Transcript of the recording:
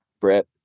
Brett